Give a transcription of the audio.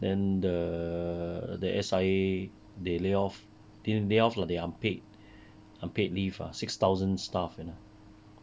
then the S_I_A they lay off think lay off leh they unpaid unpaid leave ah six thousand staff you know